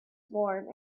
warm